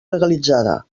legalitzada